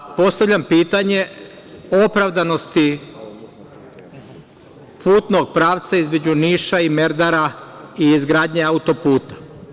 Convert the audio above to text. Takođe, postavljam pitanje opravdanosti putnog pravca između Niša i Merdara i izgradnje auto-puta.